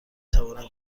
توانم